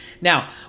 now